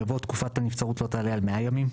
יבוא 'תקופת הנבצרות לא תעלה על מאה ימים'.